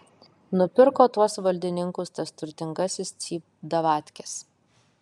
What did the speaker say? nupirko tuos valdininkus tas turtingasis cypdavatkis